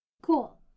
Cool